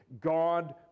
God